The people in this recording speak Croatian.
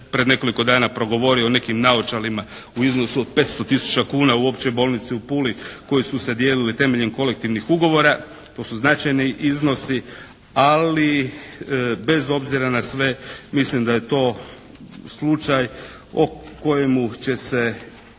prije nekoliko dana progovorio o nekim naočalima u iznosu od 500 tisuća kuna u Općoj bolnici u Puli koje su se dijelile temeljem kolektivnih ugovora, to su značajni iznosi, ali bez obzira na sve mislim da je to slučaj o kojemu će se